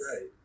Right